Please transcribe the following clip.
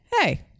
Hey